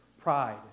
pride